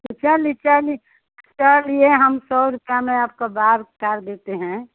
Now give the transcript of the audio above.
चली चली चलिए हम सौ रुपये में आपके बाल काट देते हैं